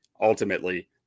ultimately